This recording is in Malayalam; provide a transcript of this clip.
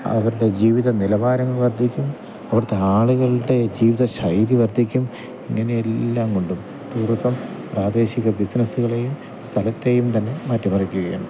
അവരുടെ ജീവിത നിലവാരം വർദ്ധിക്കും അവടത്തെ ആളുകളുടെ ജീവിതശൈലി വർദ്ധിക്കും ഇങ്ങനെയെല്ലാം കൊണ്ടും ടൂറിസം പ്രാദേശിക ബിസിനസ്സുകളെയും സ്ഥലത്തേയുംതന്നെ മാറ്റിമറിക്കുകയാണ്